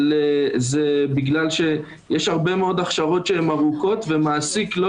אבל זה בגלל שיש הרבה מאוד הכשרות שהן ארוכות ומעסיק לא